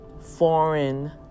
foreign